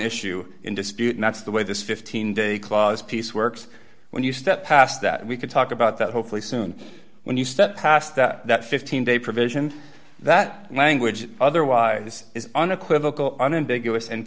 issue in dispute that's the way this fifteen day clause piece works when you step past that we could talk about that hopefully soon when you step past that fifteen day provision that language otherwise is unequivocal on in big us and